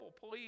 Please